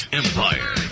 empire